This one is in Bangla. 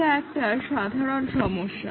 এটা একটা সাধারন সমস্যা